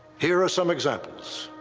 here are some examples.